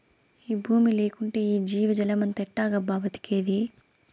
ఈ బూమి లేకంటే ఈ జీవజాలమంతా ఎట్టాగబ్బా బతికేది